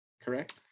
correct